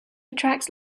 attracts